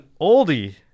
oldie